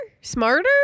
Smarter